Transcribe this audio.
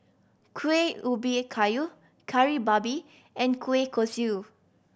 Kuih Ubi Kayu Kari Babi and kueh kosui